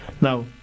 Now